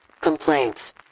complaints